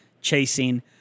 chasing